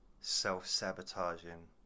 self-sabotaging